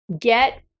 Get